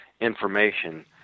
information